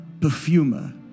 perfumer